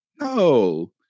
No